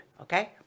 okay